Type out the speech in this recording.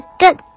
good